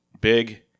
big